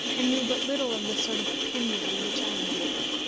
and knew but little of the sort of penury which i endured.